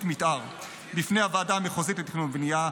מתאר בפני הוועדה המחוזית לתכנון ובנייה.